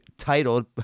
Titled